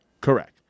Correct